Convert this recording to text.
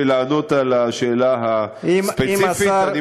ולענות על השאלה הספציפית.